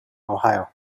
ohio